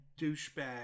douchebag